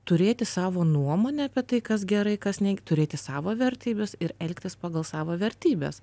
turėti savo nuomonę apie tai kas gerai kas ne turėti savo vertybes ir elgtis pagal savo vertybes